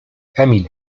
emil